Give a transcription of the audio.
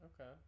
Okay